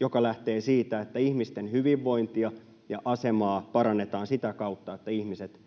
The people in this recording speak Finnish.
joka lähtee siitä, että ihmisten hyvinvointia ja asemaa parannetaan sitä kautta, että ihmiset käyvät